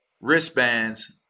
wristbands